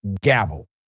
gavel